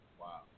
Wow